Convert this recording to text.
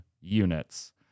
units